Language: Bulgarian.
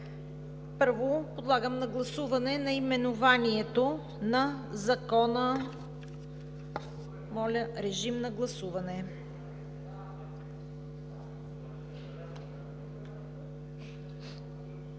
Първо, колеги, гласуваме наименованието на Закона. Моля, режим на гласуване.